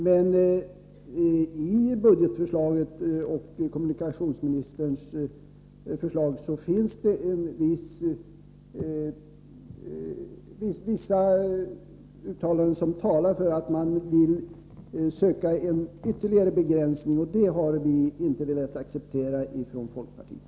Men i kommunikationsministerns förslag finns det vissa uttalanden som pekar mot att man vill söka en ytterligare begränsning, och det har vi inte velat acceptera från folkpartiet.